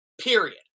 period